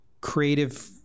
creative